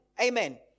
Amen